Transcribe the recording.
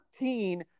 14